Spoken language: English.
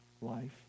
life